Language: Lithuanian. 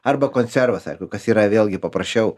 arba konservas aišku kas yra vėlgi paprasčiau